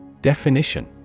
Definition